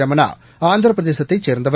ரமணா ஆந்திரபிரதேசத்தை சேர்ந்தவர்